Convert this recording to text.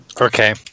okay